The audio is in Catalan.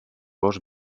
gos